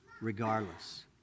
regardless